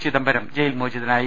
Chidambaram jail മോചിതനായി